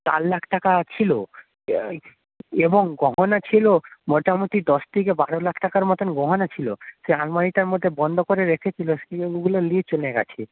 চার লাখ টাকা ছিল এবং গহনা ছিল মোটামুটি দশ থেকে বারো লাখ টাকার মতন গহনা ছিল সেই আলমারিটার মধ্যে বন্ধ করে রেখেছিল সে ওইগুলো নিয়ে চলে গেছে